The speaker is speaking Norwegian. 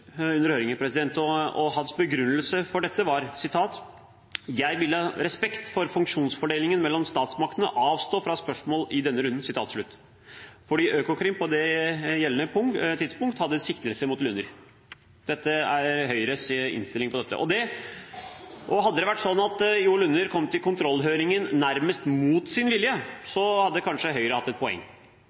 under høringen på vegne av partiet og Tetzschner avsto fra å stille spørsmål til Jo Lunder. Hans begrunnelse for dette var: «Da vil jeg av respekt for funksjonsfordelingen mellom statsmaktene avstå fra videre spørsmål i denne runden.» Dette var fordi Økokrim på det gjeldende punkt hadde en siktelse mot Lunder. Dette er Høyres innstilling til dette. Hadde det vært sånn at Jo Lunder kom til kontrollhøringen nærmest mot sin vilje, hadde kanskje Høyre hatt et poeng.